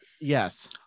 yes